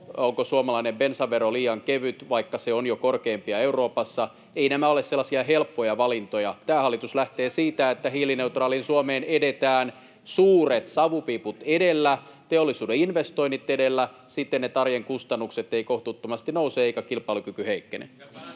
onko suomalainen bensavero liian kevyt, vaikka se on jo korkeimpia Euroopassa. Eivät nämä ole sellaisia helppoja valintoja. Tämä hallitus lähtee siitä, että hiilineutraaliin Suomeen edetään suuret savupiiput edellä, teollisuuden investoinnit edellä, siten että arjen kustannukset eivät kohtuuttomasti nouse eikä kilpailukyky heikkene.